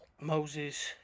moses